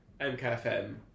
MKFM